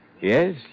Yes